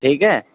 ٹھیک ہے